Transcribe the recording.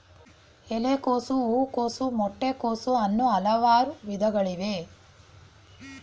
ಎಲೆಕೋಸು, ಹೂಕೋಸು, ಮೊಟ್ಟೆ ಕೋಸು, ಅನ್ನೂ ಹಲವಾರು ವಿಧಗಳಿವೆ